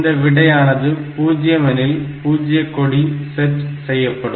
இந்த விடையானது 0 எனில் பூஜ்ஜியக் கொடி செட் செய்யப்படும்